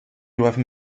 doivent